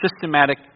systematic